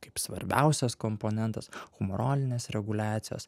kaip svarbiausias komponentas humoralinės reguliacijos